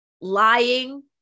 lying